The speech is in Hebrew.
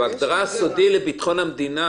יש מצב בו מהרשויות נבצר